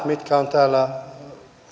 mitkä ovat täällä